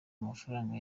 amafaranga